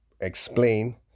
explain